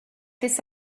this